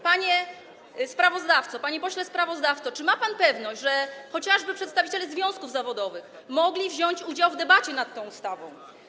Panie pośle sprawozdawco, czy ma pan pewność, że chociażby przedstawiciele związków zawodowych mogli wziąć udział w debacie nad tą ustawą?